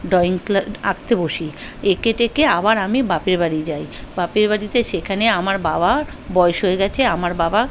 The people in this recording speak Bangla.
ড্রয়িং আঁকতে বসি এঁকে টেকে আবার আমি বাপের বাড়ি যাই বাপের বাড়িতে সেখানে আমার বাবার বয়স হয়ে গিয়েছে আমার বাবা